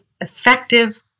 effective